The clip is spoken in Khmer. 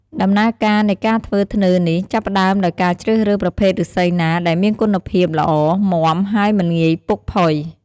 ដំណើរការនៃការធ្វើធ្នើរនេះ ចាប់ផ្តើមដោយការជ្រើសរើសប្រភេទឬស្សីណាដែលមានគុណភាពល្អ មាំ ហើយមិនងាយពុកផុយ។